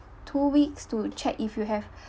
two weeks to check if you have